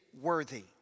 worthy